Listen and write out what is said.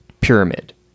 pyramid